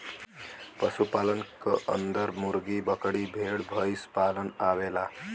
पशु पालन क अन्दर मुर्गी, बकरी, भेड़, भईसपालन आवेला